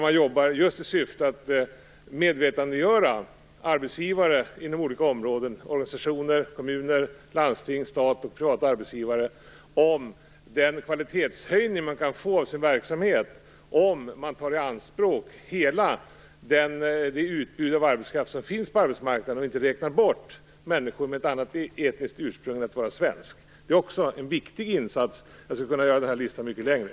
Man jobbar just i syfte att medvetandegöra arbetsgivare inom olika områden samt organisationer, kommuner, landsting, stat och privata arbetsgivare om den kvalitetshöjning som man kan få i sin verksamhet om hela det utbud av arbetskraft som finns på arbetsmarknaden tas i anspråk och människor med annat etniskt ursprung än svenskt inte räknas bort. Det är också en viktig insats. Listan skulle kunna göras mycket längre.